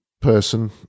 person